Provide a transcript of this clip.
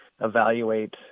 evaluate